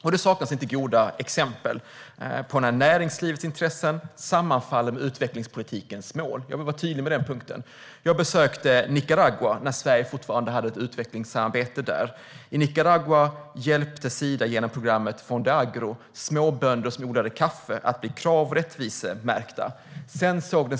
Och det saknas inte goda exempel på när näringslivets intressen sammanfaller med utvecklingspolitikens mål. Jag vill vara tydlig på den punkten. Jag besökte Nicaragua när Sverige fortfarande hade ett utvecklingssamarbete med landet. I Nicaragua hjälpte Sida genom programmet Fondeagro småbönder som odlade kaffe att bli krav och rättvisemärkta.